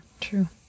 True